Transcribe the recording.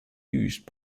used